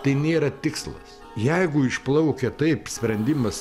tai nėra tikslas jeigu išplaukia taip sprendimas